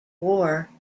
war